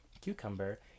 cucumber